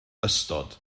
ystod